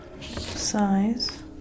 Size